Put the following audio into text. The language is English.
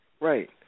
Right